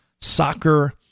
soccer